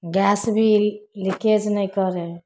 gas भी leakage नहि करै